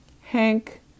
Hank